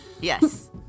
Yes